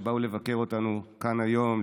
שבאו לבקר אותנו כאן היום.